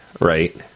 right